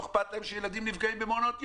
לא אכפת להם שילדים נפגעים במעונות היום,